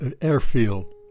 Airfield